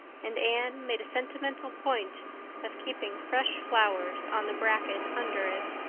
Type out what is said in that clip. and anne made a sentimental point of keeping fresh flowers on the bracket under it.